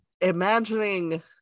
imagining